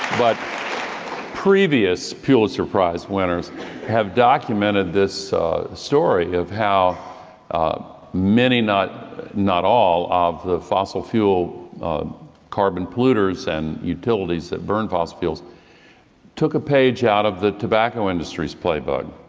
but previous pulitzer prize winners have documented the story of how many, not not all, of the fossil fuel carbon polluters and utilities that burn fossil fuel took a page out of the tobacco industry's playbook,